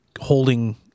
holding